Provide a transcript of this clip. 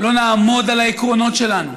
לא נעמוד על העקרונות שלנו,